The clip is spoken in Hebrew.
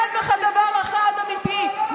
אין בך דבר אחד אמיתי,